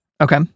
Okay